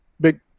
big